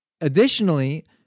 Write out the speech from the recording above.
Additionally